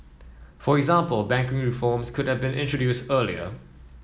for example banking reforms could have been introduced earlier